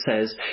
says